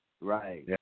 Right